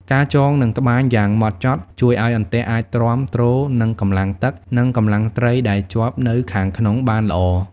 ការចង និងត្បាញយ៉ាងហ្មត់ចត់ ជួយឲ្យអន្ទាក់អាចទ្រាំទ្រនឹងកម្លាំងទឹក និងកម្លាំងត្រីដែលជាប់នៅខាងក្នុងបានល្អ។